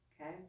Okay